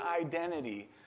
identity